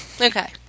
okay